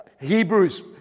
Hebrews